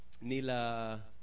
nila